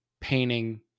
painting